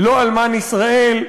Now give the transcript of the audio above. לא אלמן ישראל.